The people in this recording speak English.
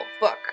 book